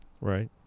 Right